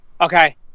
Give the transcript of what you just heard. Okay